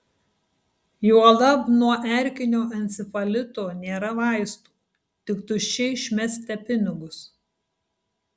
juolab nuo erkinio encefalito nėra vaistų tik tuščiai išmesite pinigus